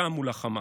גם מול חמאס.